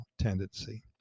tendency